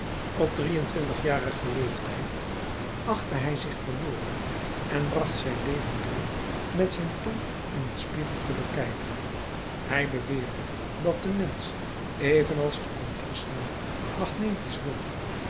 op drieëntwintigjarigen leeftijd achtte hij zich verloren en bracht zijn leven door met zijn tong in een spiegel te bekijken hij beweerde dat de mensch evenals de kompasnaald magnetisch wordt